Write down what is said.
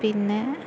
പിന്നെ